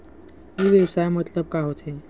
ई व्यवसाय मतलब का होथे?